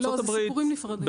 לא, זה סיפורים נפרדים.